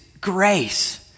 grace